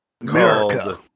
America